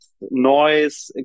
noise